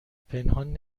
پنهان